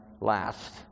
last